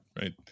right